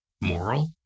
moral